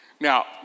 Now